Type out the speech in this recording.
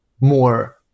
more